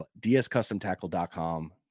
DScustomtackle.com